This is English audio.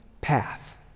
path